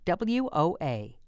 WOA